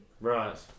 Right